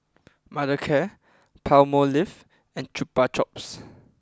Mothercare Palmolive and Chupa Chups